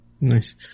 Nice